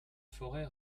forêt